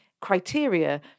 criteria